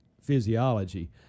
physiology